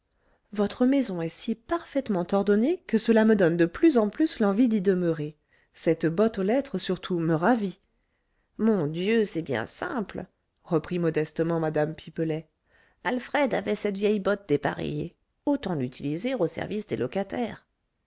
votre maison est si parfaitement ordonnée que cela me donne de plus en plus l'envie d'y demeurer cette botte aux lettres surtout me ravit mon dieu c'est bien simple reprit modestement mme pipelet alfred avait cette vieille botte dépareillée autant l'utiliser au service des locataires